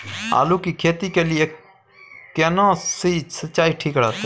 आलू की खेती के लिये केना सी सिंचाई ठीक रहतै?